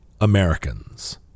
Americans